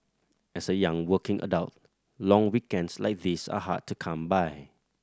as a young working adult long weekends like these are hard to come by